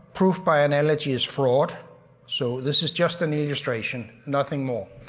proof by analogy is fraud so this is just an illustration, nothing more.